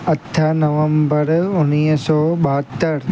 अठ नवंबर उणिवीह सौ ॿहतरि